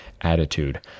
attitude